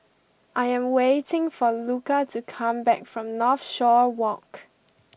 I am waiting for Luca to come back from Northshore Walk